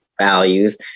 values